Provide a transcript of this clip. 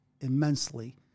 immensely